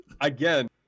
again